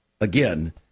again